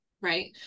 right